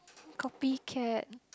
copy cat